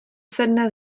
sedne